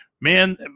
man